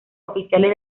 oficiales